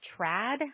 trad